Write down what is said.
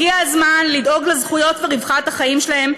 הגיע הזמן לדאוג לזכויות ולרווחת החיים שלהם,